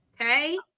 Okay